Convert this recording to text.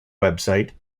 website